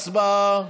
הצבעה.